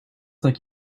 like